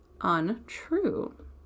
untrue